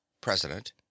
president